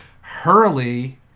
Hurley